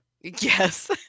yes